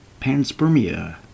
panspermia